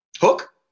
Hook